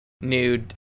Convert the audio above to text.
nude